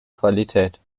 qualität